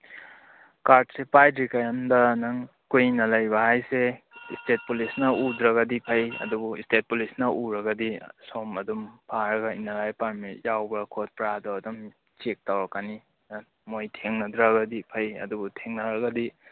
ꯀꯥꯔꯠꯁꯦ ꯄꯥꯏꯗ꯭ꯔꯤꯀꯥꯟꯗ ꯅꯪ ꯀꯨꯏꯅ ꯂꯩꯕ ꯍꯥꯏꯁꯦ ꯏꯁꯇꯦꯠ ꯄꯨꯂꯤꯁꯅ ꯎꯗ꯭ꯔꯒꯗꯤ ꯐꯩ ꯑꯗꯨꯕꯨ ꯏꯁꯇꯦꯠ ꯄꯨꯂꯤꯁꯅ ꯎꯔꯒꯗꯤ ꯁꯣꯝ ꯑꯗꯨꯝ ꯐꯥꯔꯒ ꯏꯅꯔ ꯂꯥꯏꯟ ꯄꯥꯔꯃꯤꯠ ꯌꯥꯎꯕ꯭ꯔꯥ ꯈꯣꯠꯄ꯭ꯔꯥꯗꯣ ꯑꯗꯨꯝ ꯆꯦꯛ ꯇꯧꯔꯛꯀꯅꯤ ꯃꯣꯏ ꯊꯦꯡꯅꯗ꯭ꯔꯒꯗꯤ ꯐꯩ ꯑꯗꯨꯕꯨ ꯊꯦꯡꯅꯔꯒꯗꯤ